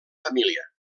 família